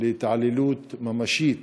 להתעללות ממשית,